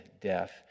death